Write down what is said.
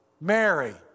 Mary